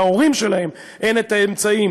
להורים שלהם אין אמצעים